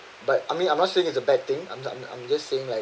but I mean I'm not saying it's a bad thing I'm I'm I'm just saying like